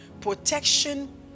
protection